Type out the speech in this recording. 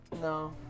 No